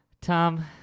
Tom